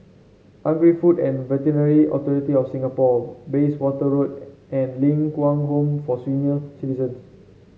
Agri Food and Veterinary Authority of Singapore Bayswater Road and Ling Kwang Home for Senior Citizens